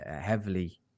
heavily